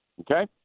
okay